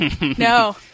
No